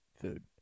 food